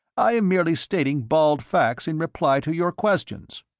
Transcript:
i am merely stating bald facts in reply to your questions.